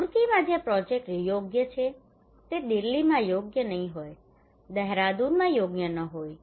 રૂરકીમાં જે પ્રોજેક્ટ યોગ્ય છે તે દિલ્હીમાં યોગ્ય નહીં હોય દેહરાદૂનમાં યોગ્ય ન પણ હોય